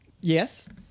Yes